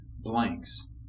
blanks